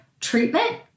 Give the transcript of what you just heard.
treatment